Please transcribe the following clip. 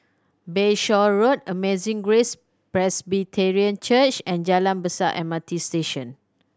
Bayshore Road Amazing Grace Presbyterian Church and Jalan Besar M R T Station